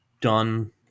done